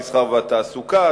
המסחר והתעסוקה,